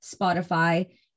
Spotify